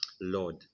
Lord